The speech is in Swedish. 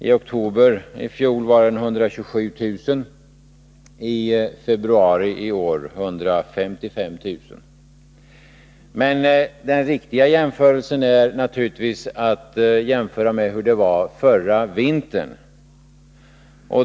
I oktober i fjol var den 127 000, i februari i år 155 000. Men det riktiga är naturligtvis att jämföra med hur det var förra vintern.